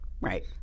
Right